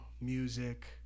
music